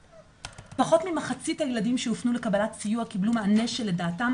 פחות ממחצית הילדים שהופנו לקבלת סיוע קיבלו מענה שלדעתם